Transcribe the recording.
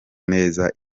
neza